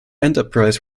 enterprise